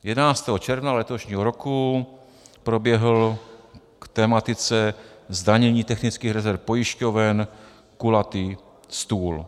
Jedenáctého června letošního roku proběhl k tematice zdanění technických rezerv pojišťoven kulatý stůl.